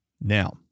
Now